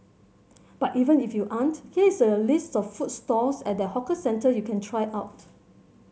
but even if you aren't here is a list of food stalls at that hawker centre you can try out